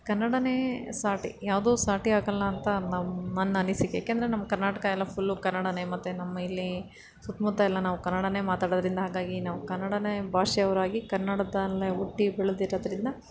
ಕನ್ನಡವೇ ಸಾಟಿ ಯಾವುದೂ ಸಾಟಿ ಆಗಲ್ಲ ಅಂತ ನಮ್ಮ ನನ್ನ ಅನಿಸಿಕೆ ಏಕೆಂದರೆ ನಮ್ಮ ಕರ್ನಾಟಕ ಎಲ್ಲ ಫುಲ್ಲು ಕನ್ನಡವೇ ಮತ್ತು ನಮ್ಮ ಇಲ್ಲಿ ಸುತ್ತಮುತ್ತ ಎಲ್ಲ ನಾವು ಕನ್ನಡವೇ ಮಾತಾಡೋದರಿಂದ ಹಾಗಾಗಿ ನಾವು ಕನ್ನಡನೆ ಭಾಷೆಯವ್ರಾಗಿ ಕನ್ನಡದಲ್ಲೆ ಹುಟ್ಟಿ ಬೆಳೆದಿರೋದ್ರಿಂದ